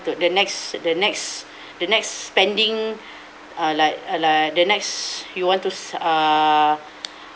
do the next the next the next spending uh like uh like the next you want to s~ err